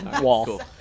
Wall